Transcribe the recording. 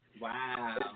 Wow